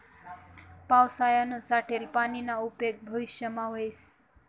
पावसायानं साठेल पानीना उपेग भविष्यमा व्हस